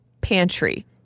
pantry